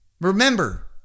Remember